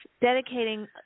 dedicating